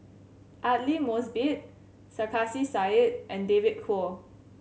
Aidli Mosbit Sarkasi Said and David Kwo